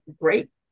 great